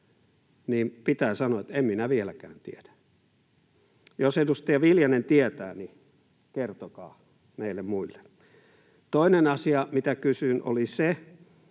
niin pitää sanoa, että en minä vieläkään tiedä. Jos edustaja Viljanen tietää, niin kertokaa meille muille. Toinen asia, mitä kysyin, oli se,